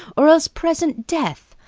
or else present death.